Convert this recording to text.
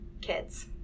kids